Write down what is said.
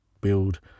build